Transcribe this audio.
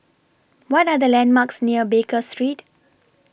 What Are The landmarks near Baker Street